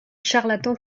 charlatan